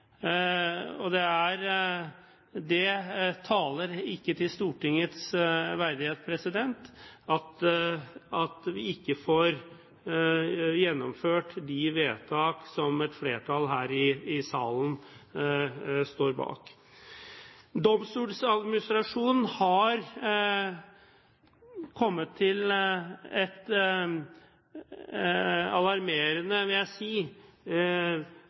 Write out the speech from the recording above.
de er for. Det taler ikke til Stortingets verdighet at vi ikke får gjennomført de vedtak som et flertall her i salen står bak. Domstoladministrasjonen har kommet til en – jeg vil si – alarmerende mangel på vedtak. Man har gjort et